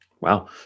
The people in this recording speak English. Wow